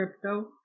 crypto